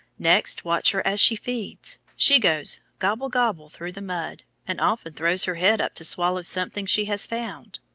next watch her as she feeds. she goes gobble, gobble through the mud, and often throws her head up to swallow something she has found.